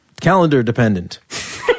calendar-dependent